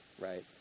right